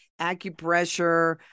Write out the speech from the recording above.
acupressure